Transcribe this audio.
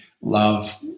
love